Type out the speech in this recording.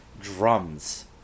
drums